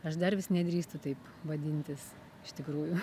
aš dar vis nedrįstu taip vadintis iš tikrųjų